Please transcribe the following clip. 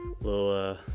little